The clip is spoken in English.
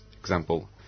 example